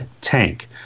Tank